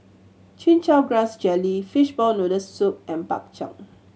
Chin Chow Grass Jelly fishball noodle soup and Bak Chang